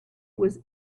was